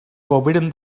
forbidden